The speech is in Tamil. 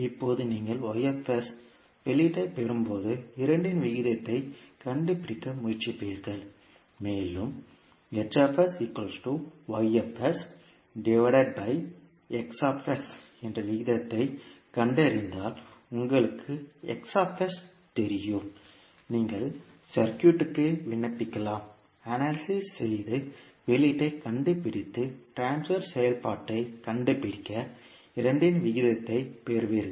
இப்போது நீங்கள் வெளியீட்டைப் பெறும்போது இரண்டின் விகிதத்தைக் கண்டுபிடிக்க முயற்சிப்பீர்கள் மேலும் என்ற விகிதத்தைக் கண்டறிந்தால் உங்களுக்கு தெரியும் நீங்கள் சர்க்யூட்க்கு விண்ணப்பிக்கலாம் அனாலிசிஸ் செய்து வெளியீட்டைக் கண்டுபிடித்து ட்ரான்ஸ்பர் செயல்பாட்டைக் கண்டுபிடிக்க இரண்டின் விகிதத்தைப் பெறுவீர்கள்